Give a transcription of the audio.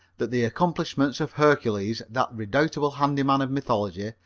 that the accomplishments of hercules, that redoubtable handy man of mythology,